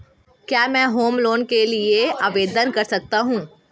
क्या मैं home loan के लिए आवेदन कर सकता हूं?